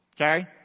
Okay